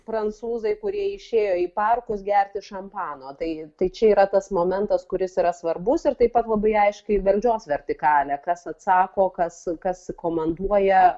prancūzai kurie išėjo į parkus gerti šampano tai tai čia yra tas momentas kuris yra svarbus ir taip pat labai aiškiai valdžios vertikalė kas atsako kas kas komanduoja